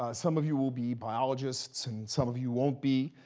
ah some of you will be biologists, and some of you won't be.